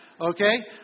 okay